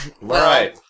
Right